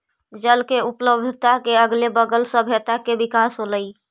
जल के उपलब्धता के अगले बगल सभ्यता के विकास होलइ